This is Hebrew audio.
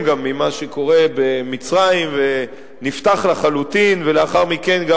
גם ממה שקורה במצרים ונפתח לחלוטין,